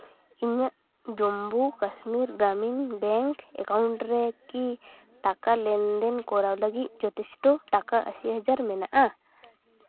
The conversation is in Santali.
ᱤᱧᱟᱹᱜ ᱡᱚᱢᱢᱩ ᱠᱟᱥᱢᱤᱨ ᱜᱨᱟᱢᱤᱱ ᱵᱮᱝᱠ ᱮᱠᱟᱣᱩᱱᱴ ᱨᱮᱠᱤ ᱴᱟᱠᱟ ᱞᱮᱱᱫᱮᱱ ᱠᱚᱨᱟᱣ ᱞᱟᱹᱜᱤᱫ ᱡᱚᱛᱷᱮᱥᱴ ᱴᱟᱠᱟ ᱟᱹᱥᱤ ᱦᱟᱡᱟᱨ ᱢᱮᱱᱟᱜᱼᱟ